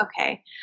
okay